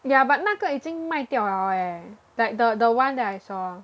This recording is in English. ya but 那个已经卖掉了 eh like the the one that I saw